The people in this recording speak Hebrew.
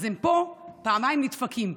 אז הם פה פעמיים נדפקים,